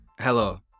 Hello